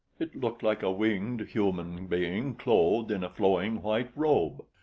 it looked like a winged human being clothed in a flowing white robe.